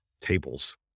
tables